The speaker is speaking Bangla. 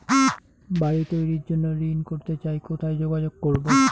বাড়ি তৈরির জন্য ঋণ করতে চাই কোথায় যোগাযোগ করবো?